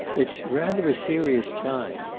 it's rather a serious time.